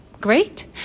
Great